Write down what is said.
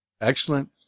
Excellent